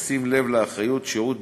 בשים לב לאחריות שירות